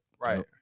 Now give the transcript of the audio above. Right